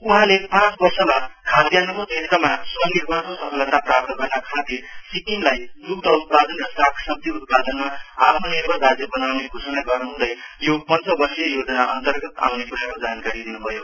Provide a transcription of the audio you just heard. उहाँले पाँच वर्षमा खाद्यान्नको क्षेत्रमा स्वनिर्भरको सफलता प्राप्त गर्नाखातिर सिक्किमलाई दुग्द उत्पादन र साग सब्जी उत्पादनमा आत्मनिर्भर राज्य बनाउने घोषणा गर्नुहुँदै यो पञ्चवर्षीय योजना अन्तर्गत आउने कुराको जानकारी दिनुभयो